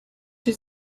too